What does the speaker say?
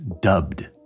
dubbed